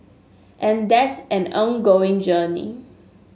and that's an ongoing journey